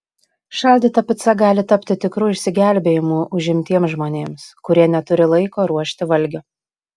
šaldyta pica gali tapti tikru išsigelbėjimu užimtiems žmonėms kurie neturi laiko ruošti valgio